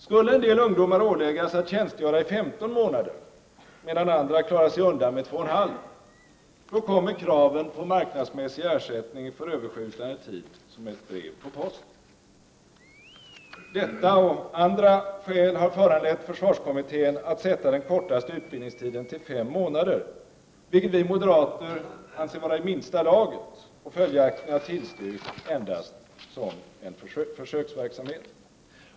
Skulle en del ungdomar åläggas att tjänstgöra i 15 månader, medan andra klarar sig undan med två och en halv, kommer kraven på marknadsmässig ersättning för överskjutande tid som ett brev på posten. Detta och andra skäl har föranlett försvarskommittén att sätta den kortaste utbildningstiden till fem månader, vilket vi moderater anser vara i minsta laget och följaktligen har tillstyrkt endast som försöksverksamhet.